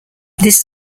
this